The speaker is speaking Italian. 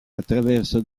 attraverso